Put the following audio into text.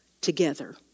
together